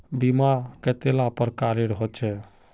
बीमा कतेला प्रकारेर होचे?